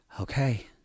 okay